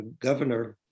governor